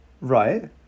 Right